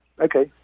Okay